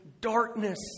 Darkness